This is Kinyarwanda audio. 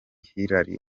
hillary